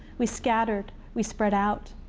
we scattered. we spread out.